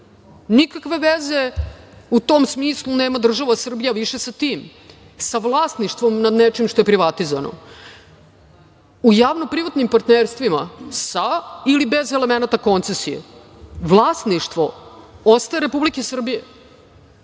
Nikakve veze u tom smislu nema država Srbije više sa tim, sa vlasništvom nad nečim što je privatizovano. U javno-privatnim partnerstvima sa ili bez elemenata koncesije, vlasništvo ostaje Republike Srbije.